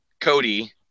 Cody